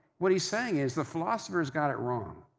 what he's saying is, the philosophers got it wrong.